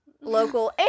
local